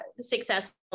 successful